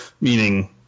Meaning